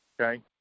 okay